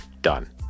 done